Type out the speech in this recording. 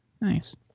Nice